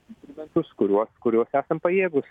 instrumentus kuriuos kuriuos esam pajėgūs